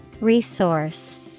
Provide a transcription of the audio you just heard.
Resource